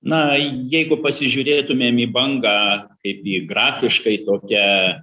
na jeigu pasižiūrėtumėm į bangą kaip į grafiškai tokią